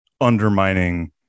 undermining